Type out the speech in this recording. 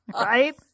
right